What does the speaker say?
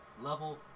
level